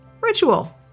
Ritual